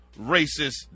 racist